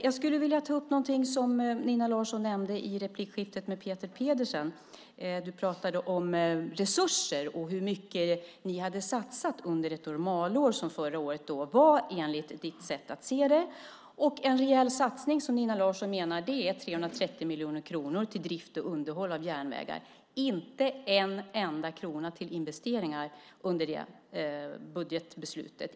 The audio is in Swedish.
Jag skulle vilja ta upp något som Nina Larsson nämnde i replikskiftet med Peter Pedersen. Du pratade om resurser och hur mycket ni hade satsat under ett normalår, vilket förra året var enligt ditt sätt att se det. En rejäl satsning, som Nina Larsson menar, är 330 miljoner kronor till drift och underhåll av järnvägar. Inte en enda krona till investeringar under det budgetbeslutet!